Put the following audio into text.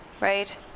right